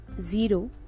zero